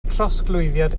trosglwyddiad